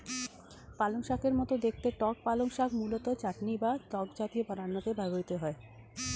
পালংশাকের মতো দেখতে টক পালং শাক মূলত চাটনি বা টক জাতীয় রান্নাতে ব্যবহৃত হয়